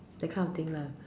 that kind of thing lah